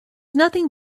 nothing